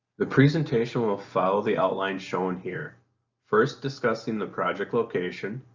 the presentation will follow the outline shown here first discussing the project location,